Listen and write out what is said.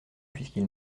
puisqu’ils